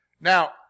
Now